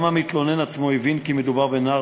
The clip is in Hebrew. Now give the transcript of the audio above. גם המתלונן עצמו הבין כי מדובר בנער